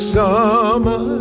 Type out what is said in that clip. summer